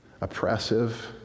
oppressive